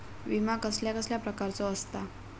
विमा कसल्या कसल्या प्रकारचो असता?